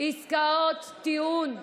טיעון שבהן,